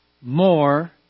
more